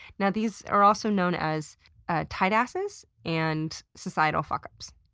now these are also known as ah tight asses and societal fuckups